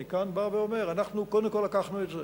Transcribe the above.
אני כאן בא ואומר, אנחנו קודם כול לקחנו את זה,